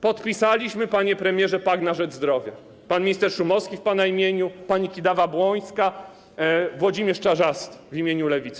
Podpisaliśmy, panie premierze, pakt na rzecz zdrowia - pan minister Szumowski w pana imieniu, pani Kidawa-Błońska, Włodzimierz Czarzasty w imieniu Lewicy.